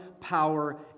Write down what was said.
power